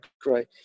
great